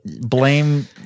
blame